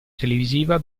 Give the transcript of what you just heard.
televisiva